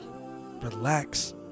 relax